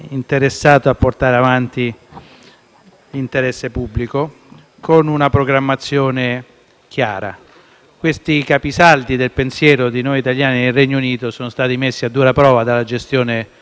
l'interesse pubblico, con una programmazione chiara. Questi capisaldi del pensiero di noi italiani nel Regno Unito sono stati messi a dura prova dalla gestione della cosiddetta Brexit,